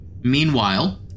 Meanwhile